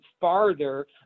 farther